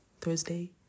Thursday